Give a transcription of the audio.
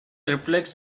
reflects